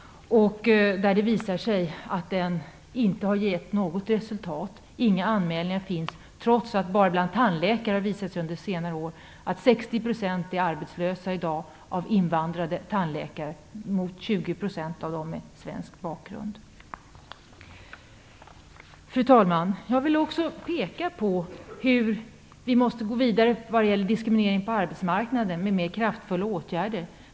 Det visar sig att den inte har givit något resultat - inga anmälningar finns, trots att det har visat sig att 60 % av exempelvis invandrade tandläkare är arbetslösa mot 20 % av tandläkare med svensk bakgrund. Fru talman! Jag vill också peka på att vi måste gå vidare med mer kraftfulla åtgärder när det gäller diskriminering på arbetsmarknaden.